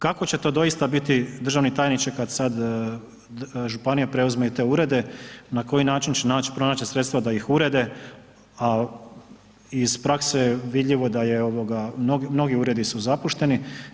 Kako će to doista biti, državni tajniče kad sa županija preuzme i te urede, na koji način će naći, pronaći sredstva da ih ureda a iz prakse je vidljivo da je, mnogi uredi su zapušteni.